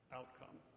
outcome